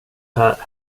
här